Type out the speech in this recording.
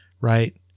right